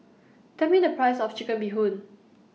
Tell Me The Price of Chicken Bee Hoon